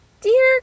Dear